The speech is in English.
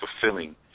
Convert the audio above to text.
fulfilling